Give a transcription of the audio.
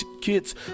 kids